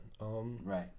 Right